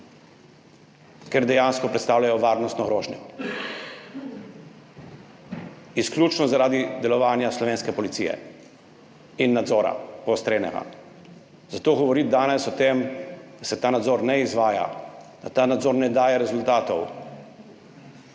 ker dejansko predstavljajo varnostno grožnjo. Izključno zaradi delovanja slovenske policije in poostrenega nadzora. Zato govoriti danes o tem, da se ta nadzor ne izvaja, da ta nadzor ne daje rezultatov,